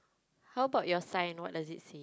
how about your sign what does it say